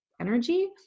energy